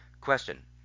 Question